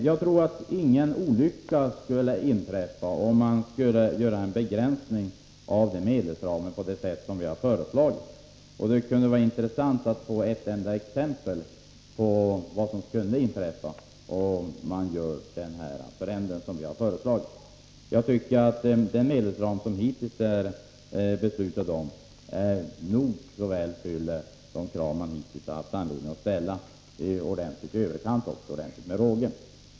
Jag tror att ingen olycka skulle inträffa om man gjorde en begränsning av medelsramen på det sätt som vi har föreslagit. Det kunde vara intressant att få ett enda exempel på vad som kunde inträffa om man gör den förändring som vi föreslagit. Jag tycker att den medelsram som hittills gällt väl fyller de krav man hittills har haft anledning att ställa — i överkant och med ordentlig råge.